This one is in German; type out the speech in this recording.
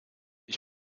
ich